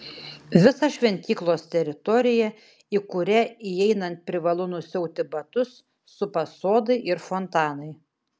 visą šventyklos teritoriją į kurią įeinant privalu nusiauti batus supa sodai ir fontanai